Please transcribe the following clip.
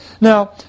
Now